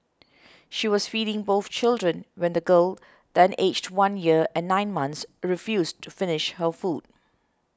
she was feeding both children when the girl then aged one year and nine months refused to finish her food